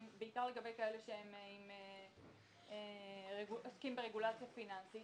בעיקר לגבי כאלה שעוסקים ברגולציה פיננסית,